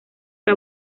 que